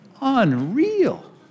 Unreal